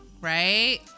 right